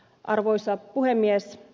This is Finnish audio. arvoisa puhemies